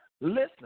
Listen